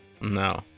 No